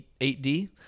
8D